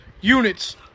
Units